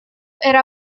era